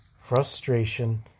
frustration